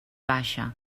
baixa